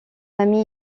ami